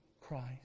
Christ